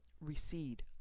recede